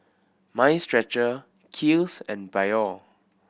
Mind Stretcher Kiehl's and Biore